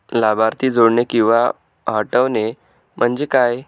लाभार्थी जोडणे किंवा हटवणे, म्हणजे काय?